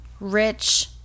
Rich